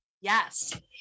Yes